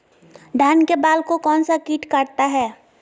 धान के बाल को कौन सा किट काटता है?